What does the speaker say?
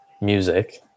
music